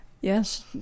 Yes